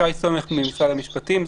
אני שי סומך ממשרד המשפטים.